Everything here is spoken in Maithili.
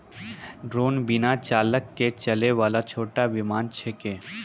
ड्रोन बिना चालक के चलै वाला छोटो विमान छेकै